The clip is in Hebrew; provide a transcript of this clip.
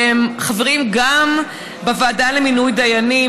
והם חברים גם בוועדה למינוי דיינים,